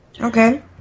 Okay